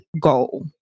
goal